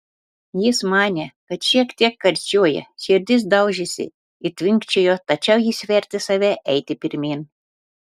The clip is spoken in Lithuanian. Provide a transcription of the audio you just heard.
jis manė kad šiek tiek karščiuoja širdis daužėsi ir tvinkčiojo tačiau jis vertė save eiti pirmyn